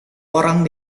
orang